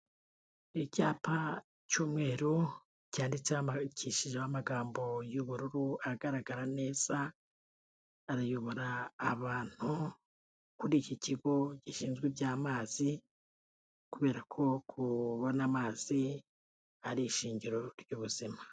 Icyapa cy'umweru cyanditsekishije amagambo y'ubururu agaragara neza, arayobora abantu kuri iki kigo gishinzwe iby'amazi kubera ko kubona amazi ari ishingiro ry'ubuzima.